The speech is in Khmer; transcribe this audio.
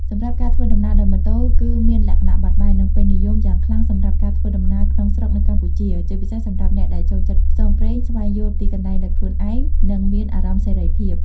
សម្រាប់ការធ្វើដំណើរដោយ ម៉ូតូ គឺមានលក្ខណៈបត់បែន និងពេញនិយមយ៉ាងខ្លាំងសម្រាប់ការធ្វើដំណើរក្នុងស្រុកនៅកម្ពុជា ជាពិសេសសម្រាប់អ្នកដែលចូលចិត្តផ្សងព្រេង ស្វែងយល់ទីកន្លែងដោយខ្លួនឯង និងមានអារម្មណ៍សេរីភាព។